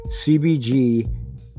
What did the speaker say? cbg